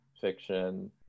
fiction